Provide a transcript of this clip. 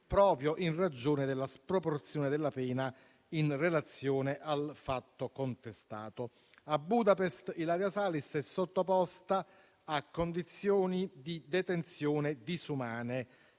proprio in ragione della sproporzione della pena in relazione al fatto contestato. A Budapest, Ilaria Salis è sottoposta a condizioni di detenzione disumane: